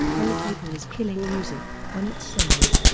home taping is killing music, on its sails.